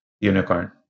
unicorn